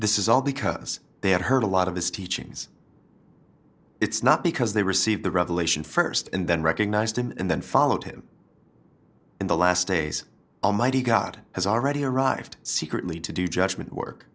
this is all because they had heard a lot of his teachings it's not because they received the revelation st and then recognized him and then followed him in the last days almighty god has already arrived secretly to do judgment work